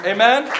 Amen